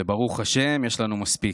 וברוך השם יש לנו מספיק.